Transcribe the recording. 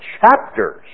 chapters